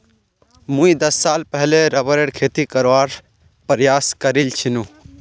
मुई दस साल पहले रबरेर खेती करवार प्रयास करील छिनु